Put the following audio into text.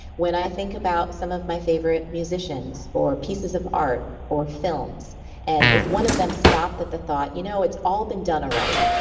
when i think about some of my favorite musicians or pieces of art or films and if one of them stopped at the thought, you know it's all been done already.